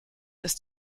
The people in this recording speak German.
ist